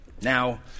Now